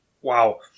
Wow